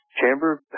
Chamber